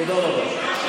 תודה רבה.